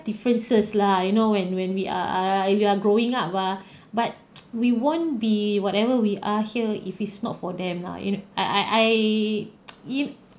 differences lah you know when when we are are are when we are growing up ah but we won't be whatever we are here if it's not for them lah you know I I I you